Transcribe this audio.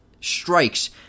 strikes